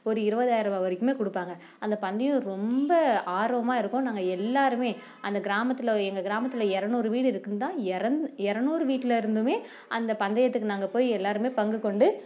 ஒரு இருவதாயிரம் ரூபா வரைக்குமே கொடுப்பாங்க அந்த பந்தயம் ரொம்ப ஆர்வமாக இருப்போம் நாங்கள் எல்லாேருமே அந்த கிராமத்தில் எங்கள் கிராமத்தில் இரநூறு வீடு இருந்தால் எர இரநூறு வீட்டில் இருந்துமே அந்த பந்தயத்துக்கு நாங்கள் போய் எல்லாேருமே பங்குக்கொண்டு